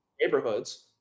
neighborhoods